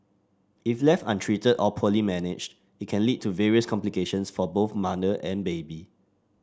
if left untreated or poorly managed it can lead to various complications for both mother and baby